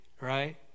right